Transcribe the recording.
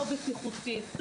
לא בטיחותית,